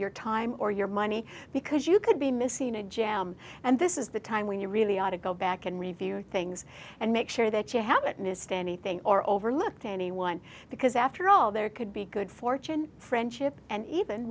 your time or your money because you could be missing a jam and this is the time when you really ought to go back and review things and make sure that you haven't missed anything or overlooked anyone because after all there could be good fortune friendship and even